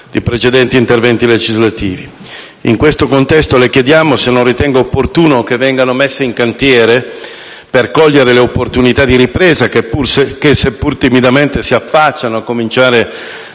di precedenti interventi legislativi. In questo contesto le chiediamo se non ritenga opportuno che vengano messe in cantiere, per cogliere le opportunità di ripresa che seppur timidamente si affacciano, a cominciare